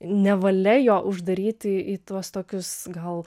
nevalia jo uždaryti į tuos tokius gal